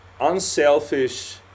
unselfish